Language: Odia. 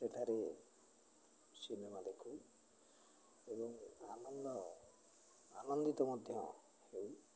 ସେଠାରେ ସିନେମା ଦେଖୁ ଏବଂ ଆନନ୍ଦ ଆନନ୍ଦିତ ମଧ୍ୟ ହେଉ